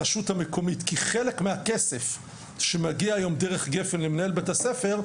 כי חלק מהכסף שמגיע היום דרך גפ"ן למנהל בית הספר,